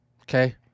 okay